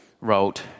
wrote